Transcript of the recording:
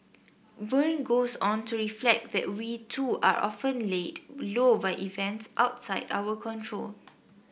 burn goes on to reflect that we too are often laid low by events outside our control